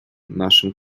нашим